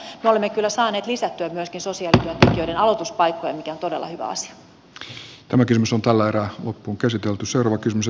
mutta me olemme kyllä saaneet lisättyä myöskin suosia lyhyiden aloituspaikkojen ja toden sosiaalityöntekijöiden aloituspaikkoja mikä on todella hyvä asia